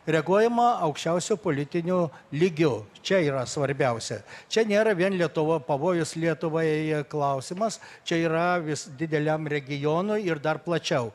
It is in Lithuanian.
reaguojama aukščiausiu politiniu lygiu čia yra svarbiausia čia nėra vien lietuva pavojus lietuvai klausimas čia yra vis dideliam regionui ir dar plačiau